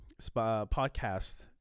podcast